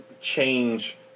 change